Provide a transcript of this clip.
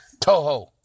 Toho